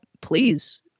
please